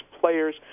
players